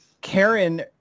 karen